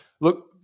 look